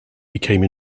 became